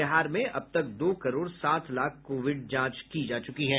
बिहार में अब तक दो करोड सात लाख कोविड जांच की जा चुकी है